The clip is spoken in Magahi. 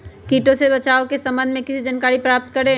किटो से बचाव के सम्वन्ध में किसी जानकारी प्राप्त करें?